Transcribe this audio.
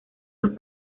los